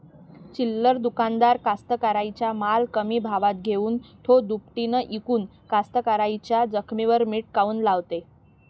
चिल्लर दुकानदार कास्तकाराइच्या माल कमी भावात घेऊन थो दुपटीनं इकून कास्तकाराइच्या जखमेवर मीठ काऊन लावते?